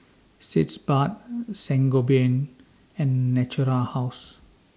Sitz Bath Sangobion and Natura House